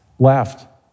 left